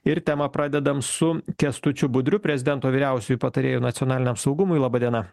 ir temą pradedam su kęstučiu budriu prezidento vyriausiuoju patarėju nacionaliniam saugumui laba diena